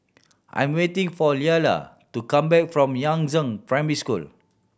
I'm waiting for Leala to come back from Yangzheng Primary School